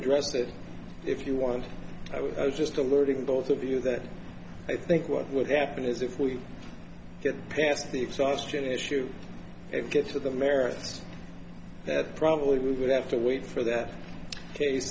address that if you want i was just alerting both of you that i think what would happen is if we get past the exhaustion issue it gets to the merits that probably would have to wait for that case